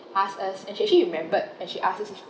asked us and she actually remembered and she asked us if